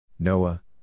Noah